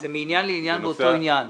זה מעניין לעניין באותו עניין.